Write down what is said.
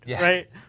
right